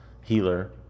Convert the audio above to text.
healer